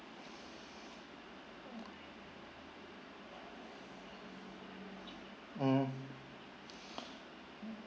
mm